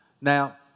Now